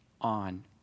on